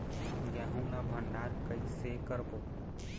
गेहूं ला भंडार कई से करबो?